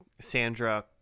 Sandra